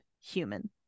human